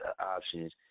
options